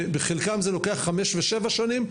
בחלקם זה לוקח חמש שנים ואפילו שבע שנים.